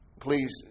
Please